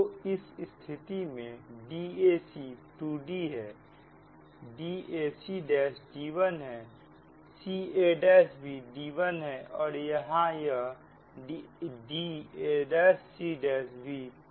तो इस स्थिति में d ac 2D है dac' d1 है ca' भी d1 है और यह da'c' भी 2D है